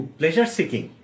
pleasure-seeking